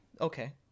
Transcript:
Okay